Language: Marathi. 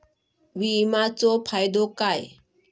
विमाचो फायदो काय?